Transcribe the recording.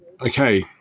Okay